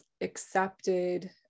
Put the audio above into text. accepted